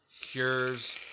cures